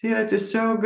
yra tiesiog